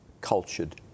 cultured